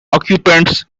occupants